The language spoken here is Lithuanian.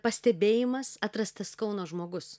pastebėjimas atrastas kauno žmogus